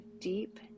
deep